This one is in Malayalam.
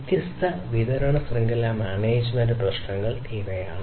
വ്യത്യസ്ത വിതരണ ശൃംഖല മാനേജ്മെന്റ് പ്രശ്നങ്ങൾ ഇവയാണ്